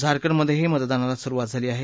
झारखंडमधेही मतदानाला सुरुवात झाली आहे